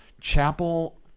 Chapel